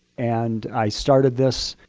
and i started this,